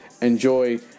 enjoy